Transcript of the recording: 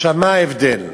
מה ההבדל?